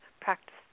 practice